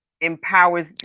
empowers